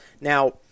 Now